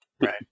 right